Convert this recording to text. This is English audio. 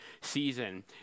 season